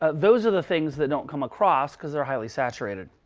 ah those are the things that don't come across, because they're highly saturated.